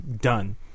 done